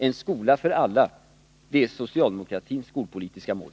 En skola för alla — det är socialdemokratins skolpolitiska mål.